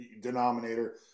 denominator